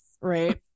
right